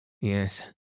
yes